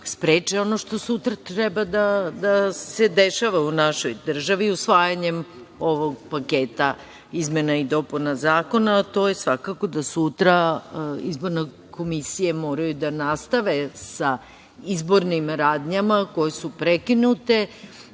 spreče ono što sutra treba da se dešava u našoj državi usvajanjem ovog paketa izmena i dopuna zakona, a to je svakako da sutra izborne komisije moraju da nastavljaju sa izbornim radnjama koje su prekinute